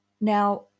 now